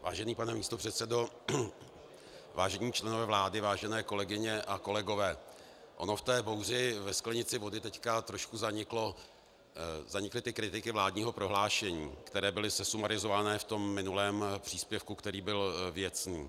Vážený pane místopředsedo, vážení členové vlády, vážené kolegyně a kolegové, ono v té bouři ve sklenici vody trošku zanikly kritiky vládního prohlášení, které byly sesumarizované v minulém příspěvku, který byl věcný.